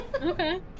Okay